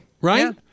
right